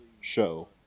show